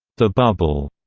the bubble,